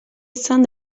izan